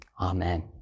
Amen